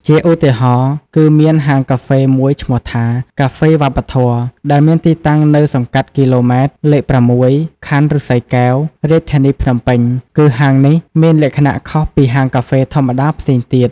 ជាឧទាហរណ៍ គឺមានហាងកាហ្វេមួយឈ្មោះថា “កាហ្វេវប្បធម៌” ដែលមានទីតាំងនៅសង្កាត់គីឡូម៉ែត្រ លេខ៦ ខណ្ឌឫស្សីកែវ រាជធានីភ្នំពេញ គឺហាងនេះមានលក្ខណៈខុសពីហាងកាហ្វេធម្មតាផ្សេងទៀត។